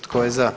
Tko je za?